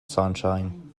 sunshine